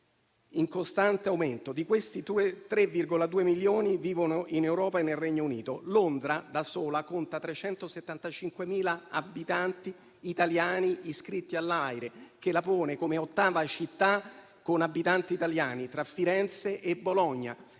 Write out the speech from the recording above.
in costante aumento; di questi, 3,2 milioni vivono in Europa e nel Regno Unito (Londra da sola conta 375.000 abitanti italiani iscritti all'AIRE, cosa che la pone come ottava città con abitanti italiani, tra Firenze e Bologna).